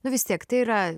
nu vis tiek tai yra